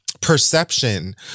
perception